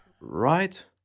Right